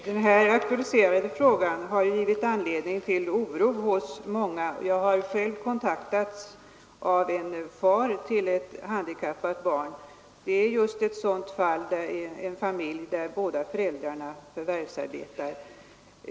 Herr talman! Den här aktualiserade frågan har givit anledning till oro hos många, och jag har själv kontaktats av en far till ett handikappat barn. Det är just fråga om en familj där båda föräldrarna förvärvsarbetar.